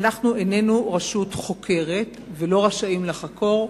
איננו רשות חוקרת ולא רשאים לחקור.